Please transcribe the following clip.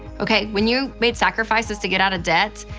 okay, when you made sacrifices to get out of debt,